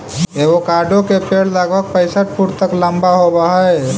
avocado के पेड़ लगभग पैंसठ फुट तक लंबा होब हई